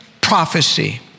prophecy